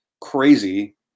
crazy